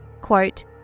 Quote